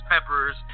Peppers